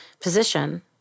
position